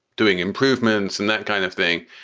doing improvements and that kind of thing.